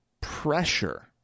pressure